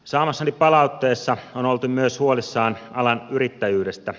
saamassani palautteessa on oltu myös huolissaan alan yrittäjyydestä